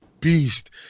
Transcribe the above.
beast